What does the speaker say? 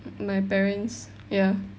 my parents ya